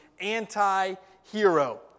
anti-hero